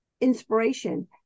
inspiration